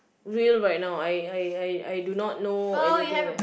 real right now I I I I do not know anything there